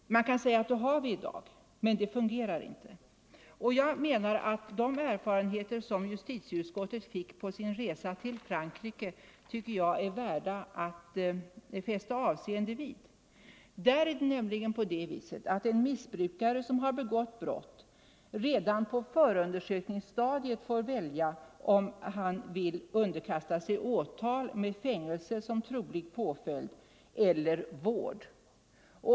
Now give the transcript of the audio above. Man kan säga att vi har ett i dag, men det fungerar inte. De erfarenheter som justitieutskottet fick på sin resa i Frankrike tycker jag är värda att fästa avseende vid. Där får en missbrukare som begått brott redan på förundersökningsstadiet välja om han vill underkasta sig åtal med fängelse som trolig påföljd eller vård.